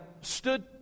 stood